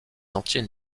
entiers